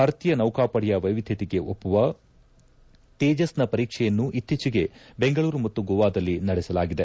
ಭಾರತೀಯ ನೌಕಾಪಡೆಯ ವೈವಿಧ್ಯತೆಗೆ ಒಪ್ಪುವ ತೇಜಸ್ ನ ಪರೀಕ್ಷೆಯನ್ನು ಇತ್ತೀಚೆಗೆ ದೆಂಗಳೂರು ಮತ್ತು ಗೋವಾದಲ್ಲಿ ನಡೆಸಲಾಗಿದೆ